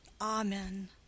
Amen